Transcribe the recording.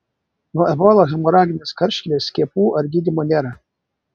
nuo ebola hemoraginės karštligės skiepų ar gydymo nėra